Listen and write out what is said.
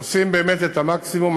עושים באמת את המקסימום.